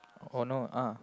oh no ah